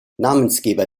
namensgeber